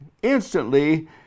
Instantly